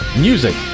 Music